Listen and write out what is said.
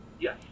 Yes